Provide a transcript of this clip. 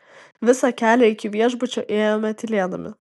visą kelią iki viešbučio ėjome tylėdami